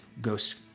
ghost